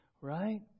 Right